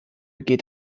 geht